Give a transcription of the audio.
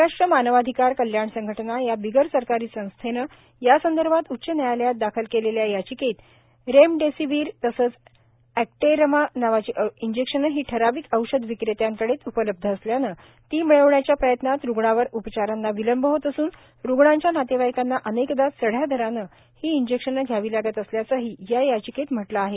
महाराष्ट्र मानवाधिकार कल्याण संघटना या बिगर सरकारी संस्थेनं यासंदर्भात उच्च न्यायालयात दाखल केलेल्या याचिकेत रेमडेसिवीर तसंच एक्टेरमा नावाची इंजेक्शन ही ठराविक औषध विक्रेत्यांकडे उपलब्ध असल्यानं ती मिळवण्याच्या प्रयत्नात रुग्णावर उपचारांना विलंब होत असून रुग्णांच्या नातेवाईकांना अनेकदा चढ्या दरानं ही इंजेक्शन घ्यावी लागत असल्याचंही या याचिकेत म्हटलं आहे